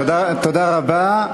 תודה רבה.